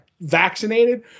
vaccinated